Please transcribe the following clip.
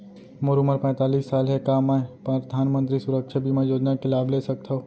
मोर उमर पैंतालीस साल हे का मैं परधानमंतरी सुरक्षा बीमा योजना के लाभ ले सकथव?